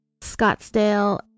Scottsdale